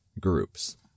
groups